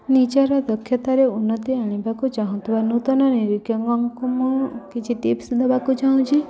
ନିଜର ଦକ୍ଷତାରେ ଉନ୍ନତି ଆଣିବାକୁ ଚାହୁଁଥିବା ନୂତନ ନିରୀକ୍ଷକଙ୍କୁ ମୁଁ କିଛି ଟିପ୍ସ ଦେବାକୁ ଚାହୁଁଛି